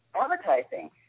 advertising